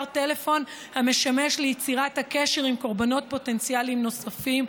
טלפון המשמש ליצירת הקשר עם קורבנות פוטנציאליים נוספים,